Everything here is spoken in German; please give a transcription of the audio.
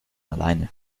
alleine